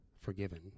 forgiven